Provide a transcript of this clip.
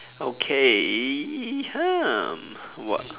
okay um what